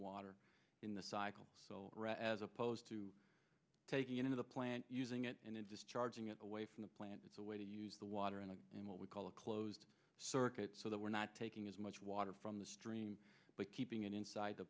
water in the cycle as opposed to taking it into the plant using it and it's just charging it away from the plant it's a way to use the water and what we call a closed circuit so that we're not taking as much water from the stream but keeping it inside the